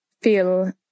feel